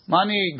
Money